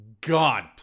God